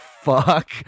fuck